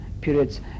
periods